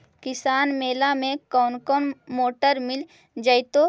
किसान मेला में कोन कोन मोटर मिल जैतै?